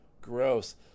Gross